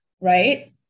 right